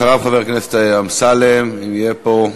אחריו, חבר הכנסת אמסלם, אם יהיה פה.